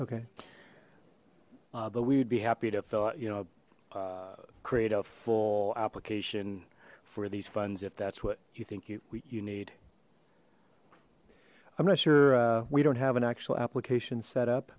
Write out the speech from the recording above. okay but we would be happy to fill out you know create a full application for these funds if that's what you think you need i'm not sure we don't have an actual application set up